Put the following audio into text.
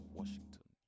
washington